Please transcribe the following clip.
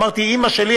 אמרתי: אימא שלי,